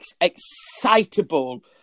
excitable